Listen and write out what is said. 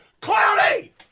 cloudy